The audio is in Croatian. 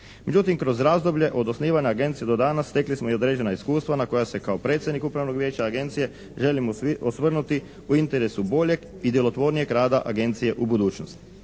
Međutim, kroz razdoblje od osnivanja Agencije do danas stekli smo i određena iskustva na koja se kao predsjednik Upravnog vijeća Agencije želim osvrnuti u interesu boljeg i djelotvornijeg rada Agencije u budućnosti.